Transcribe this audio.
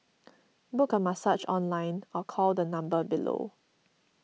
book a massage online or call the number below